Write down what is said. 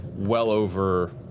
well over